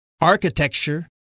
architecture